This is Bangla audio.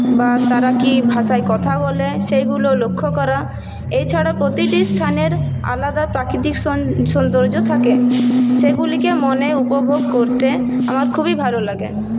বা তারা কী ভাষায় কথা বলে সেগুলো লক্ষ্য করা এছাড়াও প্রতিটি স্থানের আলাদা প্রাকৃতিক সৌন্দর্য থাকে সেগুলিকে মনে উপভোগ করতে আমার খুবই ভালো লাগে